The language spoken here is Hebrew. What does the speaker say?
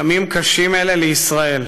ימים קשים אלה לישראל.